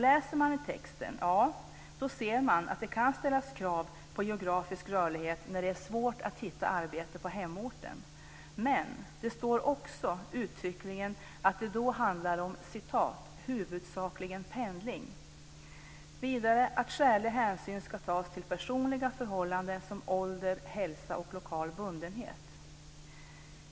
Läser man i texten ser man att det kan ställas krav på geografisk rörlighet när det är svårt att hitta arbete på hemorten. Men det står också uttryckligen att det då handlar om "huvudsakligen pendling". Vidare ska skälig hänsyn tas till personliga förhållanden som ålder, hälsa och lokal bundenhet.